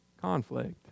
conflict